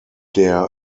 der